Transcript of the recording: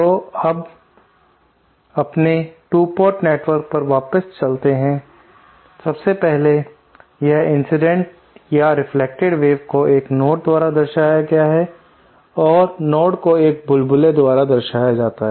तो हम अपने 2 पोर्ट नेटवर्क पर वापस चाहते हैं सबसे पहले यह इंसिडेंट या रेफ्लेक्टेड वेव को एक नोड द्वारा दर्शाया गया है और नोड को एक छोटे बुलबुले द्वारा दर्शाया जाता है